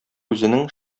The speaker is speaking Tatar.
үзенең